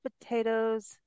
potatoes